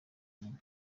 nyina